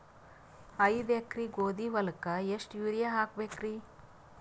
ಐದ ಎಕರಿ ಗೋಧಿ ಹೊಲಕ್ಕ ಎಷ್ಟ ಯೂರಿಯಹಾಕಬೆಕ್ರಿ?